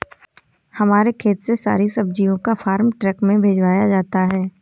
हमारे खेत से सारी सब्जियों को फार्म ट्रक में भिजवाया जाता है